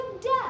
death